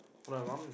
no my mom's